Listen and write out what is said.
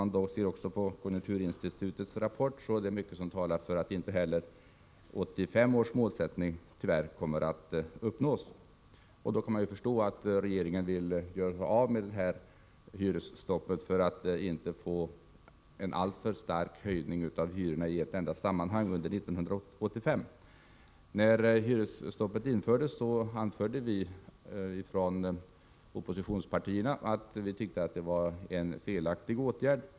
Studerar vi konjunkturinstitutets rapport finner vi att det är mycket som talar för att, tyvärr, inte heller 1985 års mål kommer att uppnås. Då kan man förstå att regeringen vill göra sig av med hyresstoppet för att inte få en alltför stark höjning av hyrorna i ett enda sammanhang under 1985. När hyresstoppet infördes anförde vi från oppositionspartierna att vi tyckte att det var en felaktig åtgärd.